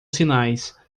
sinais